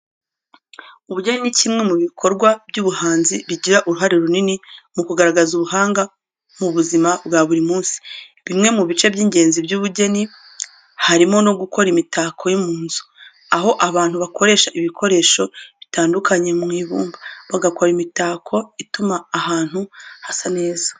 Ubugeni ni kimwe mu bikorwa by'ubuhanzi bigira uruhare runini mu kugaragaza ubuhanga mu buzima bwa buri munsi. Bimwe mu bice by'ingenzi by'ubugeni harimo no gukora imitako yo mu nzu, aho abantu bakoresha ibikoresho bitandukanye mu ibumba, bagakora imitako ituma ahantu hasa neza.